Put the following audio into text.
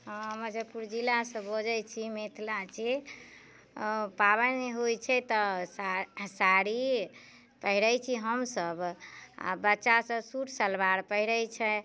हँ मजफ्फरपुर जिला सऽ बजै छी मिथिला छी पाबनि होइ छै तऽ साड़ी पहिरै छी हमसब आ बच्चा सब सूट सलबार पहिरै छै